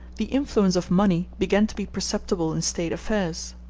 the influence of money began to be perceptible in state affairs.